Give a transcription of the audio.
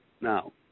Now